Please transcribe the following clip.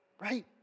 right